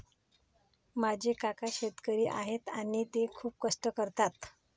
माझे काका शेतकरी आहेत आणि ते खूप कष्ट करतात